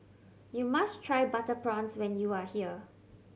you must try butter prawns when you are here